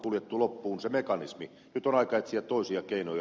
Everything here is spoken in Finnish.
nyt on aika etsiä toisia keinoja